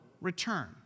return